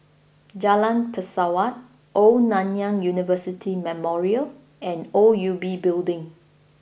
Jalan Pesawat Old Nanyang University Memorial and O U B Building